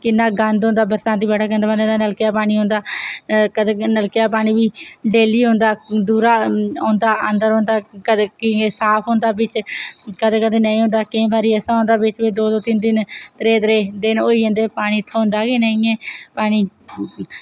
किन्ना गंदा होंदा बरसांती नेईं नलके दा पानी औंदा कदैं नलके दा पानी बी डेल्ली औंदा दूरा दा औंदा रौह्दा कदैं साफ होंदा बिच्च केईं बारी नेईं होंदा कदैं कदैं होंदा बिच्च बिच्च त्रै त्रै दिन होई जंदे पानी थ्होंदा गै नी ऐ